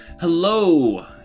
Hello